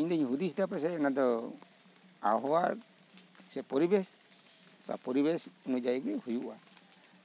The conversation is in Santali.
ᱤᱧ ᱫᱩᱧ ᱦᱩᱫᱤᱥ ᱫᱟ ᱯᱟᱪᱮᱫ ᱚᱱᱟ ᱫᱚ ᱟᱵᱚᱦᱟᱣᱟ ᱥᱮ ᱯᱚᱨᱤᱵᱮᱥ ᱯᱚᱨᱤᱵᱮᱥ ᱚᱱᱩᱡᱟᱭᱤ ᱜᱮ ᱦᱩᱭᱩᱜᱼᱟ